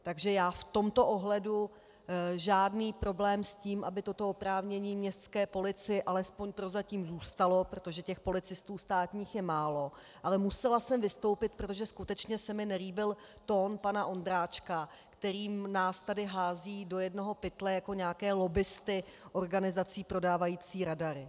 Takže já v tomto ohledu žádný problém s tím, aby toto oprávnění městské policii alespoň prozatím zůstalo, , protože těch státních policistů je málo, ale musela jsem vystoupit, protože skutečně se mi nelíbil tón pana Ondráčka, který nás tady hází do jednoho pytle jako nějaké lobbisty organizací prodávajících radary.